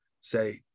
say